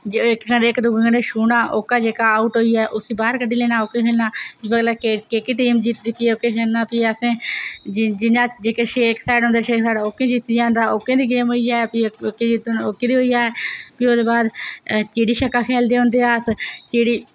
इक्क दूए कन्नै छूह्ना ओह्का जेह्का आऊट होई जा ते उसी बाहर कड्ढी लैना कि एह्की टीम जित्ती ते फ्ही असें केह् करना जियां छे इक्क साईड होंदे छे इक्क साईड होंदे ते ओह्का जित्ती जंदा ते फ्ही ओह्के दी गेम होई जा ओह्के जित्तन ते ओह्के दी बी होई जाए ते प्ही ओह्दे बाद चिड़ी छिक्का खेल्लदे होंदे हे अस ते प्ही